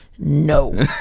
No